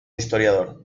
historiador